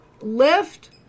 Lift